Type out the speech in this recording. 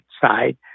side